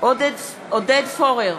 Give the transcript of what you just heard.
עודד פורר,